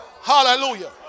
Hallelujah